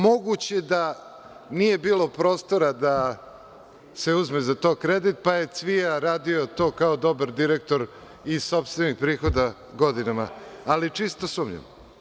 Moguće je da nije bilo prostora da se uzme za to kredit, pa je Cvija radio, kao dobar direktor, iz sopstvenih prihoda godinama, ali čisto sumnjam.